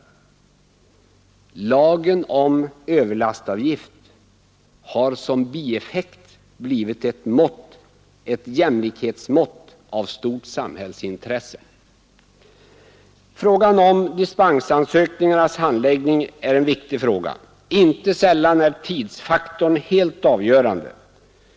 Lagen om överlastavgift har som bieffekt blivit ett jämlikhetsmått av stort samhällsintresse. Frågan om dispensansökningarnas handläggning är viktig. Inte sällan är tidsfaktorn helt avgörande.